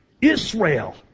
Israel